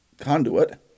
conduit